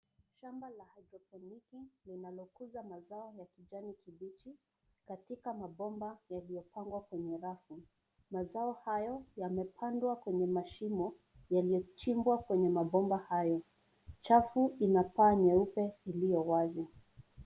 Shamba la haidroponiki linalokuza mazao ya kijani kibichi katika mabomba yaliyopangwa kwenye rafu. Mazao hayo yamepandwa kwenye mashimo, yaliyochimbwa kwenye mabomba hayo. Chafu ina paa nyeupe iliyowazi.